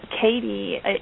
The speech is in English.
Katie